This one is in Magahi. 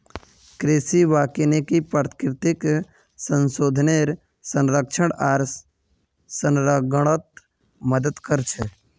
कृषि वानिकी प्राकृतिक संसाधनेर संरक्षण आर संरक्षणत मदद कर छे